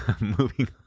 moving